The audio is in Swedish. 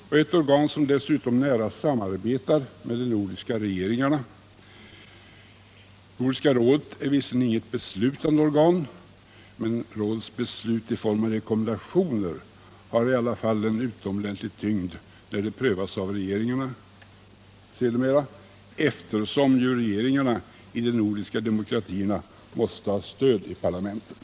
Det är ett organ som dessutom nära samarbetar med de nordiska regeringarna. Nordiska rådet är visserligen inget beslutande organ, men rådets beslut i form av rekommendationer har en utomordentlig tyngd när de sedermera prövas av regeringarna, eftersom dessa regeringar i de nordiska demokratierna måste ha stöd i parlamenten.